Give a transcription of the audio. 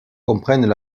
comprennent